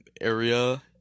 area